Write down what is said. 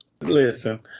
listen